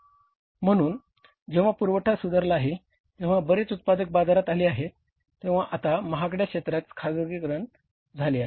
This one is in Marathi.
म्हणून जेव्हा पुरवठा सुधारला आहे जेव्हा बरेच उत्पादक बाजारात आले आहेत तेव्हा आता महागड्या क्षेत्राचे खासगीकरण झाले आहे